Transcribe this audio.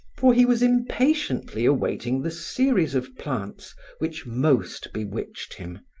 for he was impatiently awaiting the series of plants which most bewitched him,